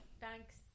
Thanks